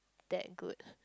that good